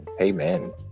Amen